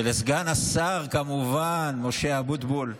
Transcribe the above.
ולסגן השר, כמובן, משה אבוטבול,